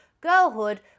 girlhood